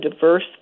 diverse